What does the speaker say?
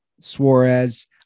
Suarez